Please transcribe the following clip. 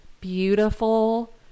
beautiful